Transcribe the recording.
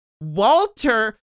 Walter